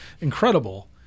incredible